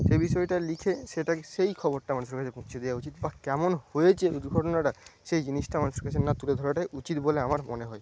সেই বিষয়টা লিখে সেটা সেই খবরটা মানুষের কাছে পৌঁছে দেওয়া উচিত বা কেমন হয়েছে দুর্ঘটনাটা সেই জিনিসটা মানুষের কাছে না তুলে ধরাটাই উচিত বলে আমার মনে হয়